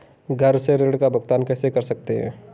घर से ऋण का भुगतान कैसे कर सकते हैं?